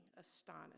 astonished